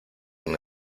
una